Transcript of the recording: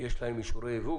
יש להן גם אישורי ייבוא